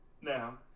now